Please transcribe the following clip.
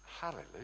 hallelujah